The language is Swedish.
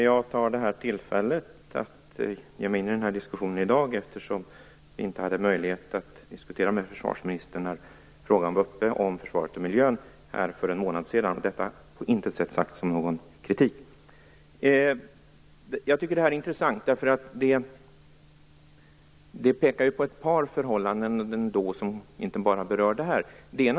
Fru talman! Jag tar tillfället att gå in den här diskussionen i dag, eftersom jag inte hade möjlighet att diskutera med försvarsministern när frågan om försvaret och miljön var uppe för en månad sedan - detta på intet sätt sagt som någon kritik. Jag tycker att den här diskussionen är intressant. Jag vill peka på ett par förhållanden som har berörts inte bara här.